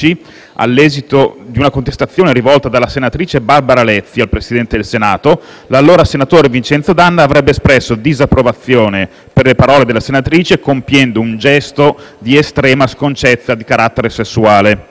all'esito di una contestazione rivolta dalla senatrice Barbara Lezzi al Presidente del Senato, l'allora senatore Vincenzo D'Anna avrebbe espresso disapprovazione per le parole della senatrice compiendo un gesto di estrema sconcezza di carattere sessuale.